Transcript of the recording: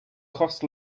cost